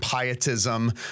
pietism